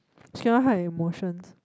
she cannot hide emotions